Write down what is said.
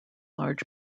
large